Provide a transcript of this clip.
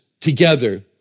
together